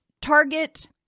target